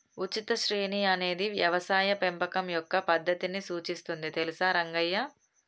ఉచిత శ్రేణి అనేది యవసాయ పెంపకం యొక్క పద్దతిని సూచిస్తుంది తెలుసా రంగయ్య